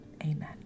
Amen